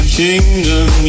kingdom